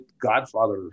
Godfather